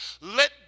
Let